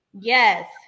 Yes